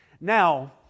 Now